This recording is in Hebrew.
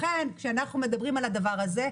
לכן כשאנחנו מדברים על הדבר הזה,